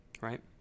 Right